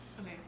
Okay